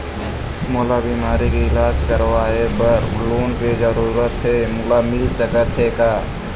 मोला बीमारी के इलाज करवाए बर लोन के जरूरत हे मोला मिल सकत हे का?